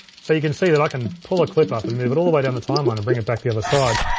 so you can see that i can pull a clip up and move it all the way down the timeline and bring it back to the other side.